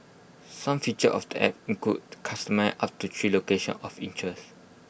some features of the app include customer up to three locations of interest